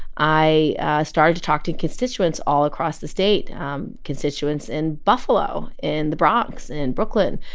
i started to talk to constituents all across the state um constituents in buffalo, in the bronx, in brooklyn,